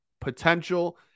potential